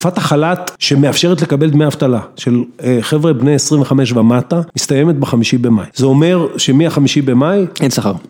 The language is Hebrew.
תקופת החל"ת שמאפשרת לקבל דמי אבטלה של חבר'ה בני 25 ומטה מסתיימת בחמישי במאי. זה אומר שמהחמישי במאי אין שכר.